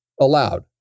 allowed